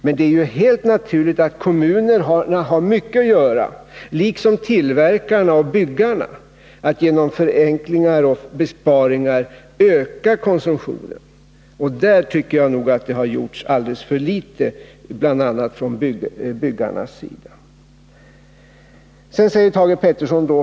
Men det är helt naturligt att kommunerna, liksom tillverkarna och byggarna, har mycket att göra för att genom förenklingar och besparingar öka konsumtionen. På det området tycker jag nog att det har gjorts alldeles för litet, bl.a. från byggarnas sida.